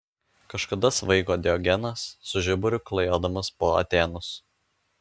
kažkada svaigo diogenas su žiburiu klajodamas po atėnus